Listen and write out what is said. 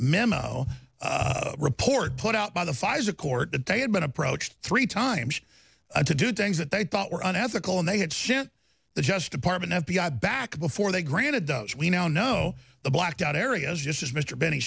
memo report put out by the pfizer court that they had been approached three times to do things that they thought were an ethical and they had the just department f b i back before they granted those we now know the blacked out areas just as mr benn